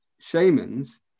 shamans